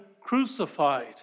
crucified